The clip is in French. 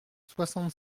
soixante